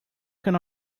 can